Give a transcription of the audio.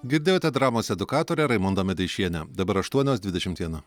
girdėjote dramos edukatorę raimondą medeišienę dabar aštuonios dvidešimt viena